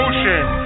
Ocean